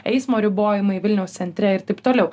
eismo ribojimai vilniaus centre ir taip toliau